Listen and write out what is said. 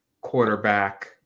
quarterback